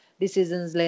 decisions